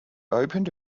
opened